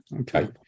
okay